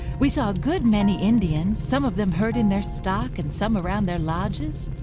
we saw a good many indians, some of them herding their stock and some around their lodges.